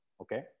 Okay